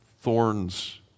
thorns